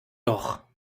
doch